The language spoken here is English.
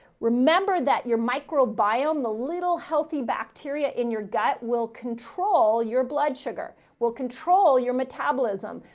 remember that your microbiome, the little healthy bacteria in your gut will control your blood sugar. will control your metabolism,